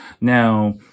Now